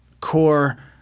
core